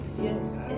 Yes